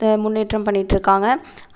ட முன்னேற்றம் பண்ணிகிட்ருக்காங்க